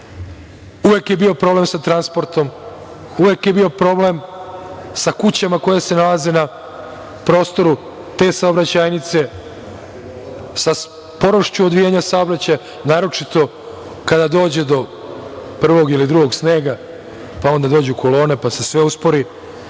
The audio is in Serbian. uvek je bio problem sa transportom, uvek je bio problem sa kućama koje se nalaze na prostoru te saobraćajnice, sa sporošću odvijanja saobraćaja, naročito kada dođe do prvog ili drugog snega, pa onda dođu kolone, pa se sve uspori. Ovde